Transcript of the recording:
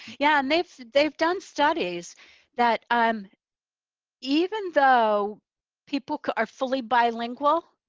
yeah. and they've they've done studies that um even though people are fully bilingual,